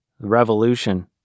Revolution